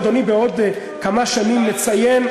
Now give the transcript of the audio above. אדוני, בעוד כמה שנים נציין,